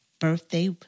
birthday